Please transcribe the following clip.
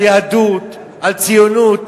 על יהדות, על ציונות,